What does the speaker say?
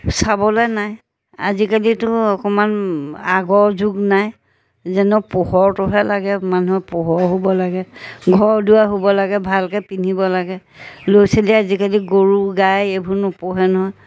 চাবলৈ নাই আজিকালিতো অকণমান আগৰ যুগ নাই যেন আৰু পোহৰতোহে লাগে মানুহৰ পোহৰ হ'ব লাগে ঘৰ দুৱাৰ হ'ব লাগে ভালকৈ পিন্ধিব লাগে ল'ৰা ছোৱালীয়ে আজিকালি গৰু গাই এইবোৰ নোপোহে নহয়